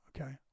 okay